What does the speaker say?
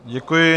Děkuji.